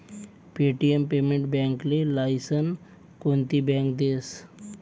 Paytm payment बॅकले licence कोनती bank देस?